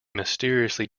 mysteriously